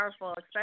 powerful